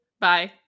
Bye